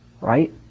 right